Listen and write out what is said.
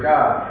God